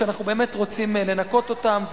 שאנחנו באמת רוצים לנקות אותם.